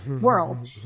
world